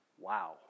Wow